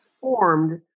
formed